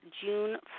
June